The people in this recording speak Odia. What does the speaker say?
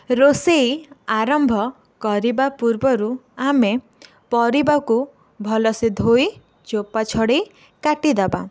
ରୋଷେଇ ଆରମ୍ଭ କରିବା ପୂର୍ବରୁ ଆମେ ପରିବାକୁ ଭଲସେ ଧୋଇ ଚୋପା ଛଡ଼େଇ କାଟିଦବା